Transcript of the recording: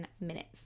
minutes